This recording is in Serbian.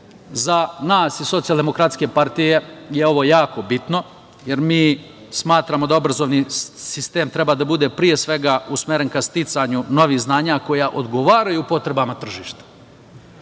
nas iz Socijaldemokratske partije je ovo jako bitno jer mi smatramo da obrazovni sistem treba da bude, pre svega, usmeren ka sticanju novih znanja koja odgovaraju potrebama tržišta. Saradnja